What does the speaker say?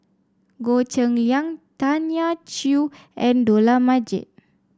Goh Cheng Liang Tanya Chua and Dollah Majid